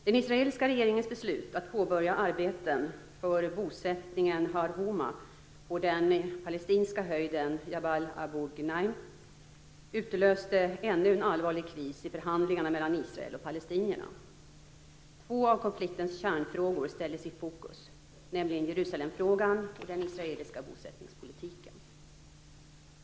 Den israeliska regeringens beslut att påbörja arbeten för bosättningen Har Haoma på den palestinska höjden Jabal Abu Ghneim utlöste ännu en allvarlig kris i förhandlingarna mellan Israel och palestinierna. Två av konfliktens kärnfrågor ställdes i fokus, nämligen Jerusalemfrågan och den israeliska bosättningspolitiken.